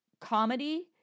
comedy